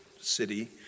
city